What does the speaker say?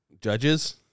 Judges